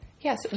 Yes